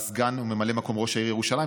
היית סגן וממלא מקום ראש העיר ירושלים,